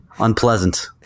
unpleasant